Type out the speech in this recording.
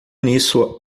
nisso